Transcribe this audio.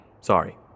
Sorry